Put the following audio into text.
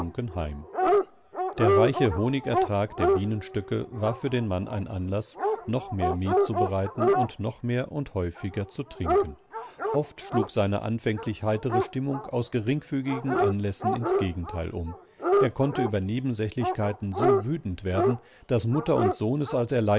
der reiche honigertrag der bienenstöcke war für den mann ein anlaß noch mehr met zu bereiten und noch mehr und häufiger zu trinken oft schlug seine anfänglich heitere stimmung aus geringfügigen anlässen ins gegenteil um er konnte über nebensächlichkeiten so wütend werden daß mutter und sohn es als